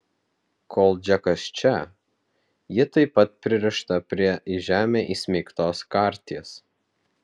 kol džekas čia ji taip pat pririšta prie į žemę įsmeigtos karties